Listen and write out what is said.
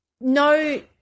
no